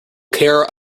care